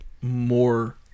more